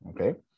Okay